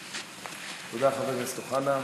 תודה, חבר הכנסת אוחנה.